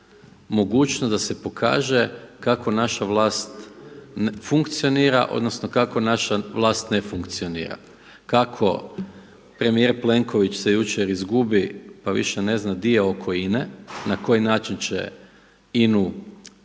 mogućnost da se pokaže kako naša vlast funkcionira odnosno kako naša vlast ne funkcionira, kako premijer Plenković se jučer izgubi pa više negdje gdje je oko INA-e, na koji način će